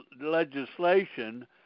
legislation